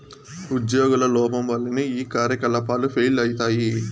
ఉజ్యోగుల లోపం వల్లనే ఈ కార్యకలాపాలు ఫెయిల్ అయితయి